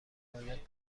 باید